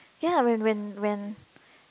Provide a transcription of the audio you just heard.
ya when when when